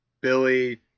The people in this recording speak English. Billy